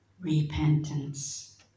Repentance